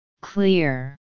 Clear